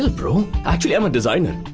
bro. actually, i'm a designer.